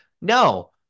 no